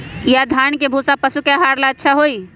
या धान के भूसा पशु के आहार ला अच्छा होई?